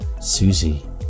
Susie